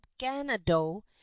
ganado